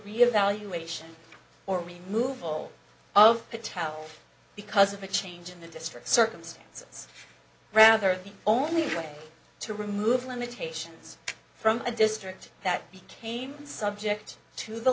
reevaluation or remove all of patel because of a change in the district circumstance rather the only way to remove limitations from a district that became subject to the